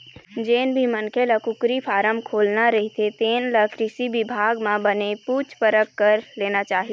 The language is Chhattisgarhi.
जेन भी मनखे ल कुकरी फारम खोलना रहिथे तेन ल कृषि बिभाग म बने पूछ परख कर लेना चाही